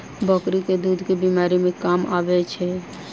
बकरी केँ दुध केँ बीमारी मे काम आबै छै?